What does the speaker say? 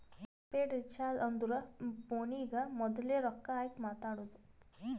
prepaid recharge ಅಂದುರ್ ಫೋನಿಗ ಮೋದುಲೆ ರೊಕ್ಕಾ ಹಾಕಿ ಮಾತಾಡೋದು